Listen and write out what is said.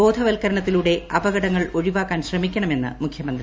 ബോധവൽക്കരണത്തിലൂടെ അപകടങ്ങൾ ഒഴിവാക്കാൻ ശ്രമിക്കണമെന്ന് മുഖ്യമന്ത്രി